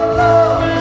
love